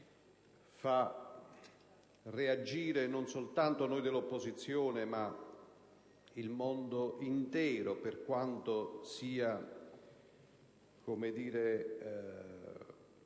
fa reagire non soltanto noi dell'opposizione, ma il mondo intero per quanto sia forte il